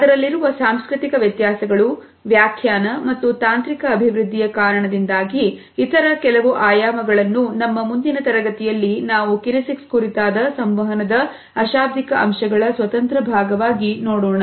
ಅದರಲ್ಲಿರುವ ಸಾಂಸ್ಕೃತಿಕ ವ್ಯತ್ಯಾಸಗಳು ವ್ಯಾಖ್ಯಾನ ಮತ್ತು ತಾಂತ್ರಿಕ ಅಭಿವೃದ್ಧಿಯ ಕಾರಣದಿಂದಾಗಿ ಇತರ ಕೆಲವು ಆಯಾಮಗಳನ್ನು ನಮ್ಮ ಮುಂದಿನ ತರಗತಿಯಲ್ಲಿ ನಾವು ಕಿನೆಸಿಕ್ಸ್ ಕುರಿತಾದ ಸಂವಹನದ ಅಶಾಬ್ದಿಕ ಅಂಶಗಳ ಸ್ವತಂತ್ರ ಭಾಗವಾಗಿ ನೋಡೋಣ